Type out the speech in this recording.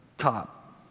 top